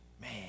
Man